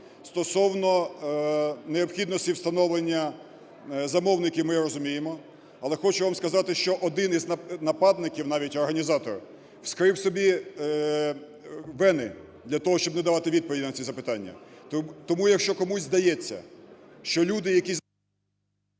Стосовно необхідності встановлення замовників, ми розуміємо, але хочу вам сказати, що один із нападників, навіть організатор, вскрив собі вени для того, щоб не давати відповіді на ці запитання. Тому, якщо комусь здається, що люди, які…